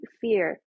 fear